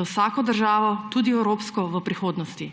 za vsako državo, tudi evropsko, v prihodnosti.